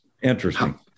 Interesting